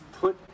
put